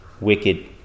wicked